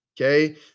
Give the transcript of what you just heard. Okay